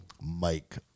Mike